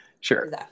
Sure